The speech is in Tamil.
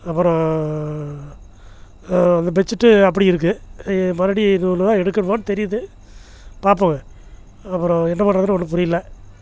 அப்புறம் அந்த பெட்சீட் அப்படி இருக்குது மறுபடியும் இன்னும் ஒன்று தான் எடுக்கிற மாதிரி தெரியுது பார்ப்போம் அப்புறம் என்ன பண்றதுனு ஒன்றும் புரியல